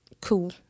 Cool